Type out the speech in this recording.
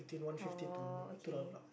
oh okay